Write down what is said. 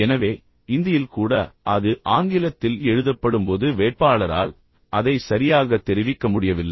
எனவே இந்தியில் கூட அது ஆங்கிலத்தில் எழுதப்படும்போது வேட்பாளரால் அதை சரியாக தெரிவிக்க முடியவில்லை